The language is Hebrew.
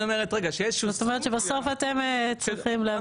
זאת אומרת שבסוף אתם צריכים להביא?